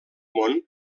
món